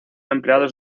empleados